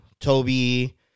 Toby